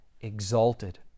exalted